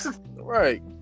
right